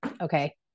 okay